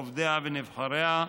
עובדיה ונבחריה,